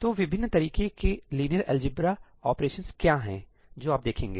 तो विभिन्न तरीके के लिनियर अलजेब्रा ऑपरेशंस क्या है जो आप देखेंगे